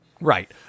Right